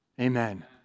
Amen